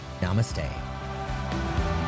namaste